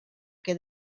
que